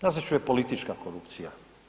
Nazvat ću je politička korupcija.